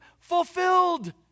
fulfilled